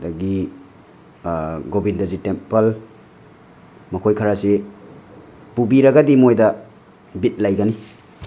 ꯑꯗꯒꯤ ꯒꯣꯕꯤꯟꯗꯖꯤ ꯇꯦꯝꯄꯜ ꯃꯈꯣꯏ ꯈꯔꯁꯤ ꯄꯨꯕꯤꯔꯒꯗꯤ ꯃꯣꯏꯗ ꯕꯤꯠ ꯂꯩꯒꯅꯤ